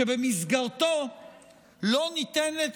שבמסגרתו לא ניתנת